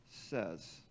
says